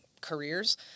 careers